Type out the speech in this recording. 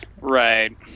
Right